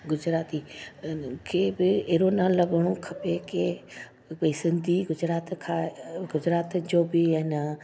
गुजराती मूंखे बि अहिड़ो न लॻिणो खपे की भई सिंधी गुजरात खां गुजरात जो बि न